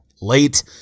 late